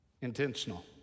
intentional